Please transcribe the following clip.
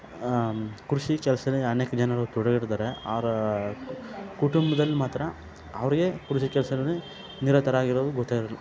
ಕೃಷಿ ಕೆಲಸಾನೆ ಅನೇಕ ಜನರು ತೊಡಗಿದರೆ ಅವರ ಕುಟುಂಬದಲ್ಲಿ ಮಾತ್ರ ಅವರಿಗೆ ಕೃಷಿ ಕೆಲಸನಾನೆ ನಿರತರಾಗಿರೋದು ಗೊತ್ತೇ ಇರಲ್ಲ